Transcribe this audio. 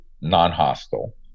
non-hostile